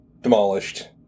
Demolished